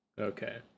Okay